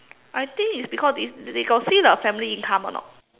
I think it's because they they they got see the family income or not